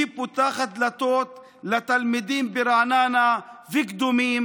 היא פותחת דלתות לתלמידים ברעננה ובקדומים